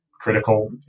critical